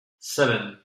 seven